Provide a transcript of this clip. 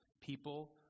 People